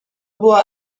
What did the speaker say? była